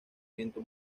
viento